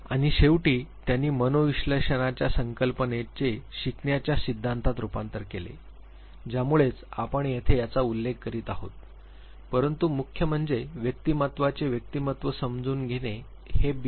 आणि शेवटी त्यांनी मनोविश्लेषणाच्या संकल्पनेचे शिकण्याच्या सिद्धांतात रुपांतर केले ज्यामुळेच आपण येथे याचा उल्लेख करीत आहोत परंतु मुख्य म्हणजे व्यक्तिमत्त्वाचे व्यक्तिमत्त्व समजून घेणे बी